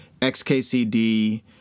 XKCD